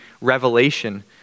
Revelation